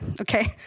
Okay